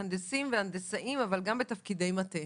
מהנדסים והנדסאים אבל גם בתפקידי מטה.